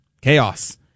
Chaos